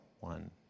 One